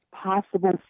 possible